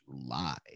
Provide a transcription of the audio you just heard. July